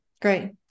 Great